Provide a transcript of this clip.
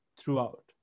throughout